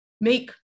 make